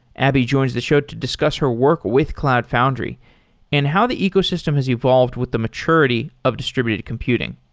abby joins the show to discuss her work with cloud foundry and how the ecosystem has evolved with the maturity of distributed computing.